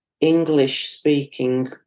english-speaking